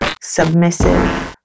submissive